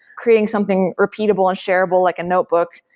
creating something repeatable and shareable like a notebook.